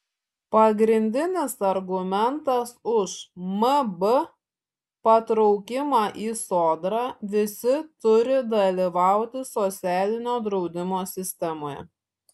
pagrindinis argumentas už mb patraukimą į sodrą visi turi dalyvauti socialinio draudimo sistemoje